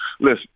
Listen